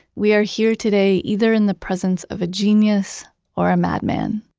we are here today either in the presence of a genius or a madman.